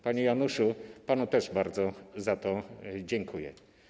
Panie Januszu, panu też bardzo za to dziękuję.